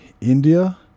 india